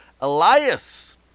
Elias